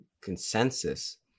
consensus